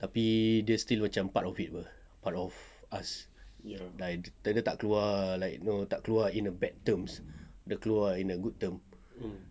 tapi dia still macam part of it [pe] part of us dia tak keluar like know tak keluar in a bad terms dia keluar in a good term